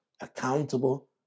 accountable